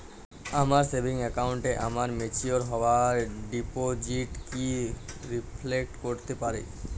আমার সেভিংস অ্যাকাউন্টে আমার ম্যাচিওর হওয়া ডিপোজিট কি রিফ্লেক্ট করতে পারে?